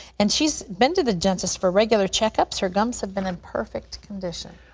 and she's been to the dentist for regular checkups. her gums have been in perfect condition.